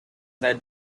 that